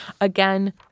Again